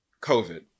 COVID